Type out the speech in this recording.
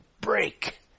Break